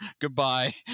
Goodbye